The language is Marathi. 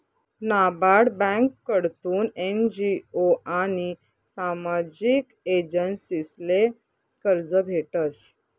नाबार्ड ब्यांककडथून एन.जी.ओ आनी सामाजिक एजन्सीसले कर्ज भेटस